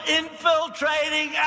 infiltrating